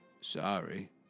Sorry